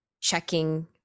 checking